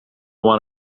want